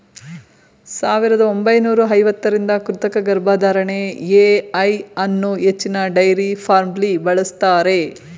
ಸಾವಿರದ ಒಂಬೈನೂರ ಐವತ್ತರಿಂದ ಕೃತಕ ಗರ್ಭಧಾರಣೆ ಎ.ಐ ಅನ್ನೂ ಹೆಚ್ಚಿನ ಡೈರಿ ಫಾರ್ಮ್ಲಿ ಬಳಸ್ತಾರೆ